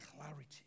clarity